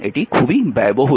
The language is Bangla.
এটি খুব ব্যয়বহুল